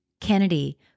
Kennedy